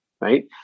right